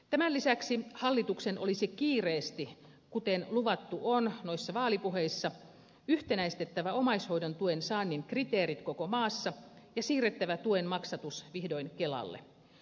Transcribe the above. tämän lisäksi hallituksen olisi kiireesti kuten on luvattu noissa vaalipuheissa yhtenäistettävä omaishoidon tuen saannin kriteerit koko maassa ja siirrettävä tuen maksatus vihdoin kelalle